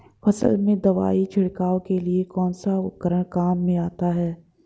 फसल में दवाई छिड़काव के लिए कौनसा उपकरण काम में आता है?